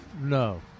No